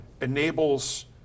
enables